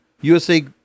usa